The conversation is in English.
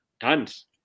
tons